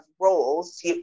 roles